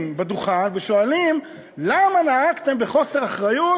על הדוכן ושואלים: למה נהגתם בחוסר אחריות